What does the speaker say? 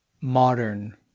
modern